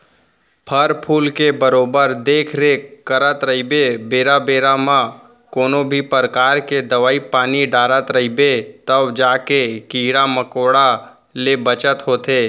फर फूल के बरोबर देख रेख करत रइबे बेरा बेरा म कोनों भी परकार के दवई पानी डारत रइबे तव जाके कीरा मकोड़ा ले बचत होथे